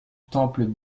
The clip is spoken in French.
temple